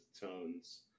tones